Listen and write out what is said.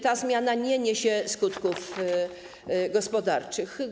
Ta zmiana nie niesie skutków gospodarczych.